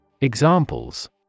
Examples